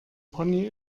pony